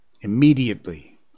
Immediately